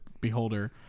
beholder